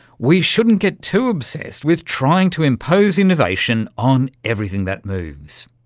we shouldn't get too obsessed with trying to impose innovation on everything that moves.